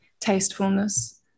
tastefulness